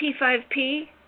P5P